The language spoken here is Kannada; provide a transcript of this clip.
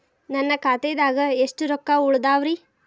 ನನ್ನ ಖಾತೆದಾಗ ಎಷ್ಟ ರೊಕ್ಕಾ ಉಳದಾವ್ರಿ?